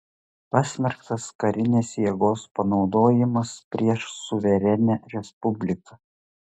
pasmerktas karinės jėgos panaudojimas prieš suverenią respubliką